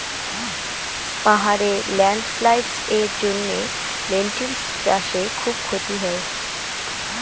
পাহাড়ে ল্যান্ডস্লাইডস্ এর জন্য লেনটিল্স চাষে খুব ক্ষতি হয়